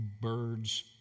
bird's